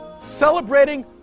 celebrating